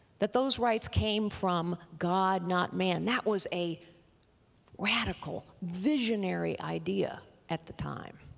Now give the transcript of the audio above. that those rights came from god, not man. that was a radical, visionary idea at the time.